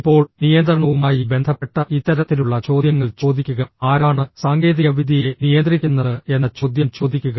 ഇപ്പോൾ നിയന്ത്രണവുമായി ബന്ധപ്പെട്ട ഇത്തരത്തിലുള്ള ചോദ്യങ്ങൾ ചോദിക്കുക ആരാണ് സാങ്കേതികവിദ്യയെ നിയന്ത്രിക്കുന്നത് എന്ന ചോദ്യം ചോദിക്കുക